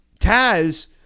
Taz